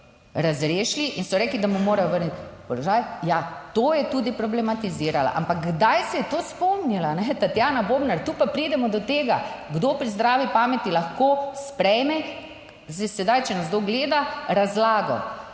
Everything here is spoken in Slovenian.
in so rekli, da mu morajo vrniti položaj. Ja, to je tudi problematizirala, ampak kdaj se je to spomnila Tatjana Bobnar. Tu pa pridemo do tega, kdo pri zdravi pameti lahko sprejme že sedaj, če nas kdo gleda, razlago,